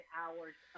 hours